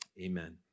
amen